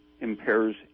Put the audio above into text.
impairs